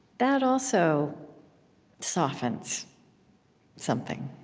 that also softens something,